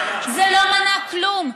זה לא מנע כלום,